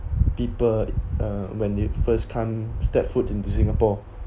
people uh when it first come step foot into singapore